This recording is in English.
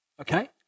Okay